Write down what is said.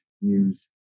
use